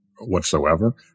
whatsoever